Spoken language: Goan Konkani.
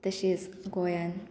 तशेंच गोंयान